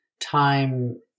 time